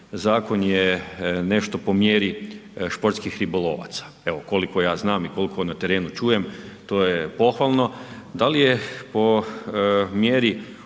zakon je nešto po mjeri športskih ribolovaca. Evo, koliko ja znam i koliko na terenu čujem to je pohvalno. Da li je po mjeri